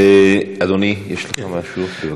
אדוני, יש לכם משהו.